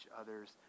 others